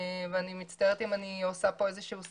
ואני מצטערת אם אני עושה פה סלט,